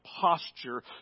posture